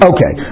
Okay